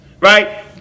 right